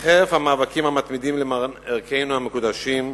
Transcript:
וחרף המאבקים המתמידים למען ערכינו המקודשים,